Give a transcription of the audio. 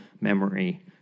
memory